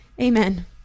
Amen